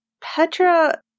Petra